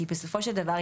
כי בסופו של דבר,